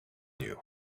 you